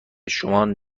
شما